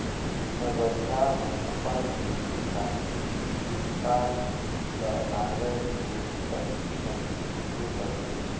नगरिहा मन अपन खेती किसानी मे इरता ल नांगर जोतत घनी उपियोग करथे